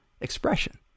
expression